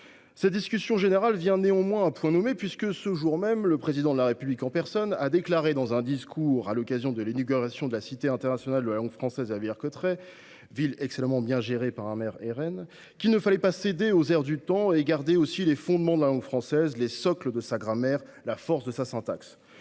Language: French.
Cette discussion générale vient néanmoins à point nommé puisque, aujourd’hui même, le Président de la République en personne a déclaré dans un discours, à l’occasion de l’inauguration de la Cité internationale de la langue française, à Villers Cotterêts – ville excellemment bien gérée par un maire du Rassemblement national –, qu’il ne fallait pas « céder aux airs du temps » et qu’il convenait de « garder aussi les fondements [de la langue française], les socles de sa grammaire, la force de sa syntaxe